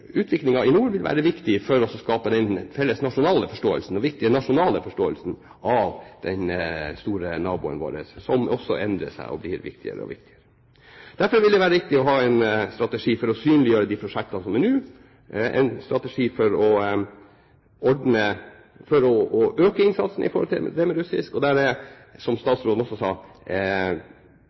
for å skape den felles nasjonale forståelsen – den viktige nasjonale forståelsen – av den store naboen vår, som også endrer seg og blir viktigere og viktigere. Derfor vil det være viktig å ha en strategi for å synliggjøre de prosjektene som er nå – en strategi for å øke innsatsen overfor russisk. Det er også, som statsråden sa, viktig for å løfte de nordnorske ungdommene, få dem gjennom skolen og opp på et kompetansenivå som